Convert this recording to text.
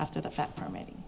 after the fact permitting